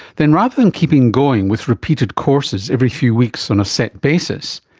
then rather than keeping going with repeated courses every few weeks on a set basis,